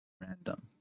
random